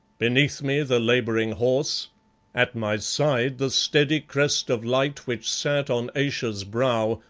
beneath me the labouring horse at my side the steady crest of light which sat on ayesha's brow,